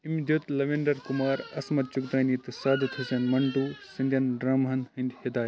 أمۍ دیوٗت لَوینٛدر کُمار اَسمَت چُغتایی تہٕ صادت حَسن منٛٹو سٕنٛدٮ۪ن ڈرٛامہَن ہٕنٛدۍ ہِدایت